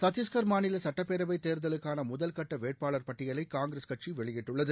சத்தீஸ்கர் மாநில சுட்டப்பேரவை தேர்தலுக்கான முதல்கட்ட வேட்பாளர் பட்டியலை காங்கிரஸ் கட்சி வெளியிட்டுள்ளது